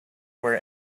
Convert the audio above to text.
where